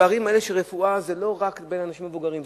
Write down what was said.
הפערים האלה ברפואה הם לא רק בין האנשים המבוגרים,